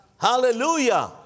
Hallelujah